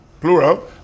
plural